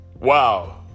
Wow